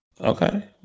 Okay